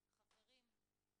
חברים,